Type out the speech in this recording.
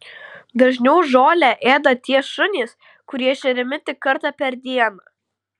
dažniau žolę ėda tie šunys kurie šeriami tik kartą per dieną